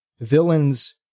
villains